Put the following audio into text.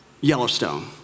Yellowstone